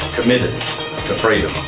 committed to freedom.